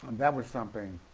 and that was something